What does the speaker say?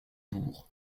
bourg